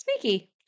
sneaky